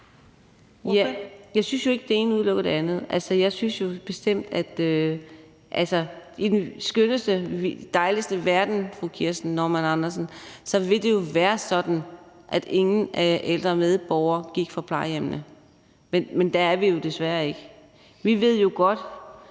Jeg synes jo ikke, det ene udelukker det andet. Altså, i den skønneste og dejligste verden, fru Kirsten Normann Andersen, ville det jo være sådan, at ingen ældre medborgere gik fra plejehjemmene, men der er vi jo desværre ikke. Sådan er det